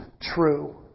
true